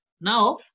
Now